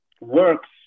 works